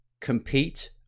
compete